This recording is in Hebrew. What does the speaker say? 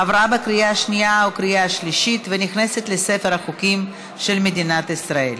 עברה בקריאה השנייה ובקריאה השלישית ונכנסת לספר החוקים של מדינת ישראל.